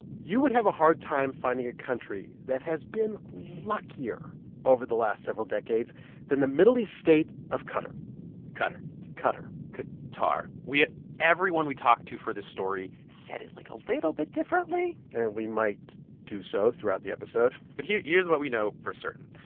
you would have a hard time finding a country that has been luckier over the last several decades than the middle east state of qatar cutter cutter kuh-tar. we everyone we talked to for this story said it, like, a little bit differently and we might do so throughout the episode but here's here's what we know for certain.